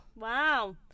Wow